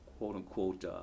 quote-unquote